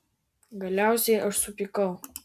galiausiai aš supykau